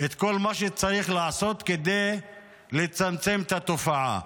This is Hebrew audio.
את כל מה שצריך לעשות כדי לצמצם את התופעה.